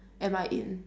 am I in